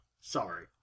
Sorry